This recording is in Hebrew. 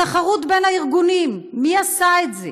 התחרות בין הארגונים, מי עשה את זה.